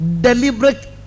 deliberate